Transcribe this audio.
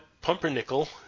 Pumpernickel